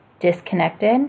disconnected